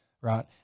right